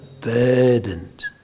burdened